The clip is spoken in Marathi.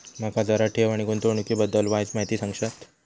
माका जरा ठेव आणि गुंतवणूकी बद्दल वायचं माहिती सांगशात?